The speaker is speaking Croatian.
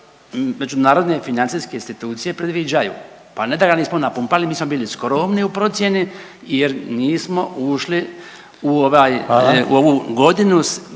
međunarodne i financijske institucije predviđaju. Pa ne da ga nismo napumpali, mi smo bili skromni u procjeni jer nismo ušli u ovu godinu